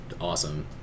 awesome